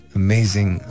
amazing